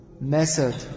method